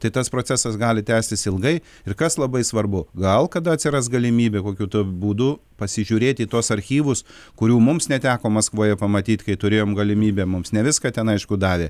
tai tas procesas gali tęstis ilgai ir kas labai svarbu gal kada atsiras galimybė kokiu būdu pasižiūrėti į tuos archyvus kurių mums neteko maskvoje pamatyt kai turėjom galimybę mums ne viską ten aišku davė